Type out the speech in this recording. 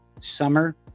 summer